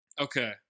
okay